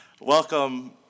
Welcome